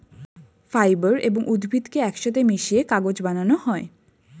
fibre এবং উদ্ভিদকে একসাথে মিশিয়ে কাগজ বানানো হয়